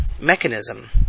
mechanism